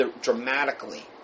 dramatically